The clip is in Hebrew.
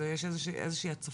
יש איזושהי הצפה?